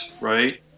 right